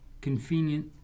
convenient